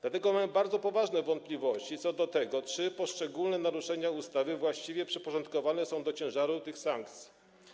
Dlatego mam bardzo poważne wątpliwości co do tego, czy poszczególne naruszenia ustawy właściwie przyporządkowane są do ciężaru tych sankcji.